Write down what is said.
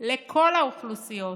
לכל האוכלוסיות?